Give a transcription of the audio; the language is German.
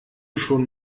schon